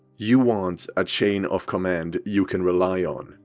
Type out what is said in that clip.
you want a chain of command you can rely on.